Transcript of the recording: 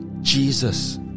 Jesus